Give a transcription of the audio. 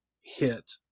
hit